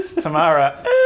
Tamara